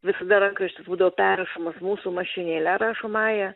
visada rankraštis būdavo perrašomas mūsų mašėle rašomąja